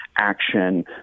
action